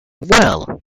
well